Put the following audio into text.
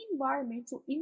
environmental